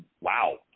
wow